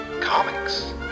comics